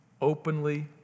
openly